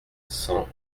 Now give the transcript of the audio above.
cent